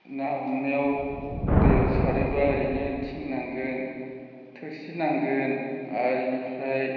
ना हमनायाव दैयाव सारोब्ला ओरैनो थिं नांगोन थोरसि नांगोन आरो इनिफ्राय